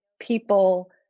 people